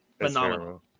Phenomenal